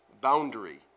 boundary